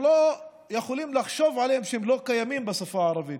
לא יכולים לחשוב עליהם שהם לא קיימים בשפה הערבית.